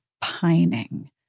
pining